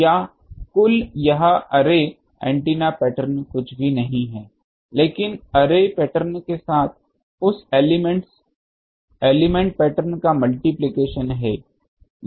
Eθ या कुल यह अर्रे एंटीना पैटर्न कुछ भी नहीं है लेकिन अर्रे पैटर्न के साथ उस एलिमेंट पैटर्न का मल्टिप्लिकेशन है